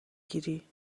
گیری